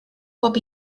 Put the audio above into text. cop